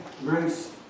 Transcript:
grace